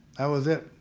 that was it.